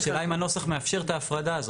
השאלה אם הנוסח מאפשר את ההפרדה הזאת?